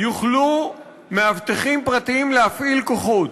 יוכלו מאבטחים פרטיים להפעיל כוחות: